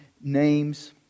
names